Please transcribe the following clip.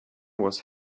was